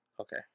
Okay